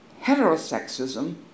heterosexism